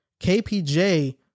KPJ